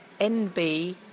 NB